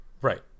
right